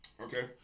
Okay